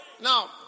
Now